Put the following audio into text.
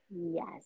Yes